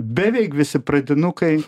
beveik visi pradinukai